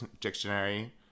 Dictionary